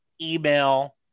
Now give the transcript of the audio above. email